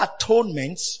atonement